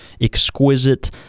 exquisite